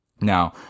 Now